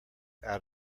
out